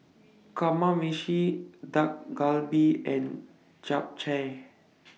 Kamameshi Dak Galbi and Japchae